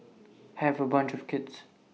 have A bunch of kids